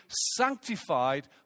sanctified